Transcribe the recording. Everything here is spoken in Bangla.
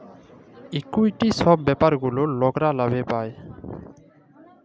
ইকুইটি ছব ব্যাপার গুলা লকরা লাভে পায়